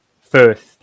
first